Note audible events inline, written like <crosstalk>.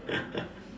<laughs>